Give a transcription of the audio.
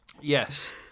Yes